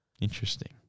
Interesting